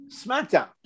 SmackDown